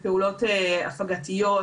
בפעולות הפגתיות,